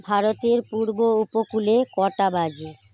ভারতের পূর্ব উপকূলে কটা বাজে